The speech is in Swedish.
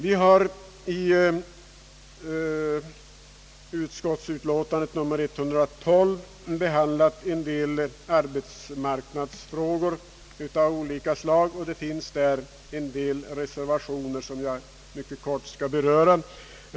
I statsutskottets utlåtande nr 112 behandlas arbetsmarknadsfrågor av olika slag. Det finns där några reservationer som jag skall be att mycket kort få beröra.